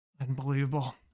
Unbelievable